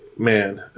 Man